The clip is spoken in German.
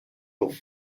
rom